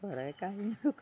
കുറെ കാര്യങ്ങൾക്ക്